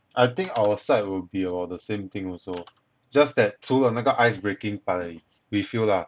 I think our side will be about the same thing also just that 除了那个 ice breaking part 而已 we feel lah